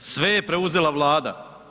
Sve je preuzela Vlada.